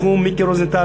מיקי רוזנטל,